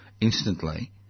instantly